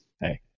Hey